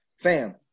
Fam